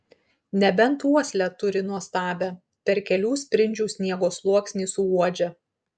nebent uoslę turi nuostabią per kelių sprindžių sniego sluoksnį suuodžia